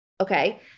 Okay